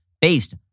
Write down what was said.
based